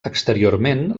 exteriorment